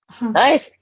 Nice